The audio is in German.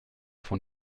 von